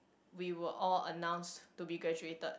we were all announce to be graduated